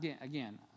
again